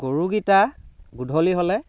গৰুকেইটা গধূলি হ'লে